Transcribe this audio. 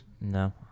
no